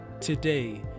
today